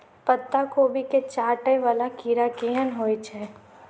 पत्ता कोबी केँ चाटय वला कीड़ा केहन होइ छै?